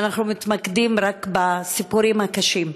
אנחנו מתמקדים רק בסיפורים הקשים.